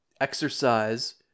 exercise